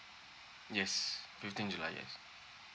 yes fifteen july yes